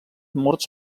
morts